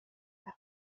رفت